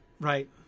right